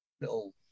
little